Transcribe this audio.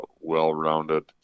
well-rounded